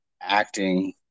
acting